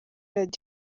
radio